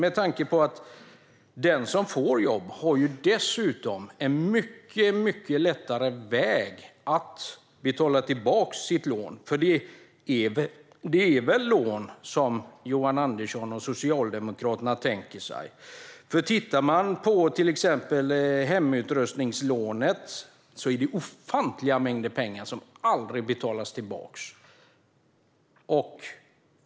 Den som får jobb har dessutom mycket lättare att betala tillbaka sitt lån. För det är väl ett lån som Johan Andersson och Socialdemokraterna tänker sig? Tittar man på till exempel hemutrustningslånet ser man att det är ofantliga mängder pengar som aldrig betalas tillbaka.